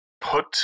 put